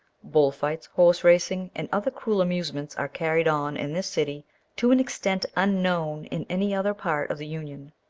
bull-fights, horse-racing, and other cruel amusements are carried on in this city to an extent unknown in any other part of the union.